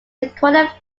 recorded